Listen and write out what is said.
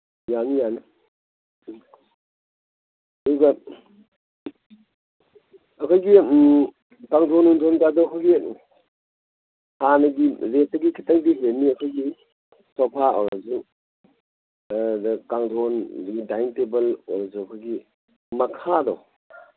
ꯌꯥꯅꯤ ꯌꯥꯅꯤ ꯑꯗꯨꯒ ꯑꯩꯈꯣꯏꯒꯤ ꯀꯥꯡꯗꯣꯟ ꯅꯨꯡꯗꯣꯟꯀꯥꯗꯨ ꯑꯩꯈꯣꯏꯒꯤ ꯍꯥꯟꯅꯒꯤ ꯔꯦꯠꯇꯒꯤ ꯈꯤꯇꯪꯗꯤ ꯍꯦꯟꯅꯤ ꯑꯩꯈꯣꯏꯒꯤ ꯁꯣꯐꯥ ꯑꯣꯏꯔꯁꯨ ꯀꯥꯡꯗꯣꯟ ꯑꯗꯒꯤ ꯗꯥꯏꯅꯤꯡ ꯇꯦꯕꯜ ꯑꯣꯏꯔꯁꯨ ꯑꯩꯈꯣꯏꯒꯤ ꯃꯈꯥꯗꯣ